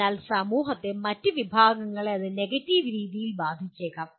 എന്നാൽ സമൂഹത്തിലെ മറ്റ് വിഭാഗങ്ങളെ അത് നെഗറ്റീവ് രീതിയിൽ ബാധിച്ചേക്കാം